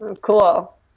Cool